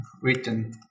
written